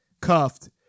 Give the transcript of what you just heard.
cuffed